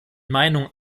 meinung